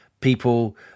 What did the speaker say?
people